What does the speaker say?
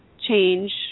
change